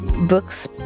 books